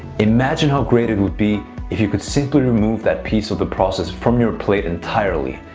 imagine how great it would be if you could simply remove that piece of the process from your plate entirely.